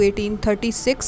1836।